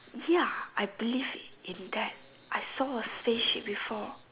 ya I believe in that I saw a spaceship before